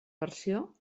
versió